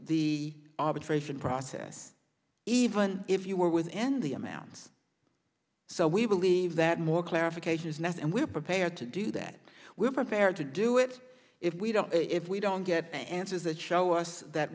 the arbitration process even if you were within the amounts so we believe that more clarification is next and we're prepared to do that we're prepared to do it if we don't if we don't get the answers that show us that